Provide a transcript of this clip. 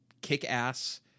kick-ass –